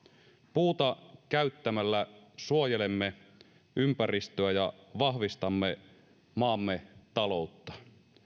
puuta käyttämällä suojelemme ympäristöä ja vahvistamme maamme taloutta